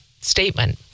statement